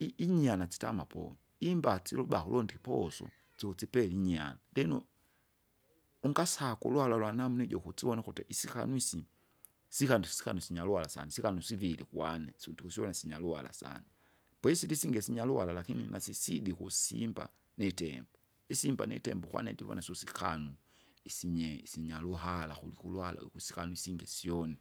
i- inyana sitama puwe, imbaha siluba kulonda ipusu, siusipele inyaa, lino, ungasaka ulwala ulwalwa lwanamna ijo kutsivona ukuti isikanu isi, sikandi siakandi sinyaruhara sana sikanu usiviri kwane, sundukusivona isinyaruhara sana. Poisila isingi isinyaruhara lakini lakini nasisidi ukusimba, nitembo, isimba nitembo kwane ndivona susikanu, isinye isinyaruhara, kuliko uluhara lwikwisinusingi syoni.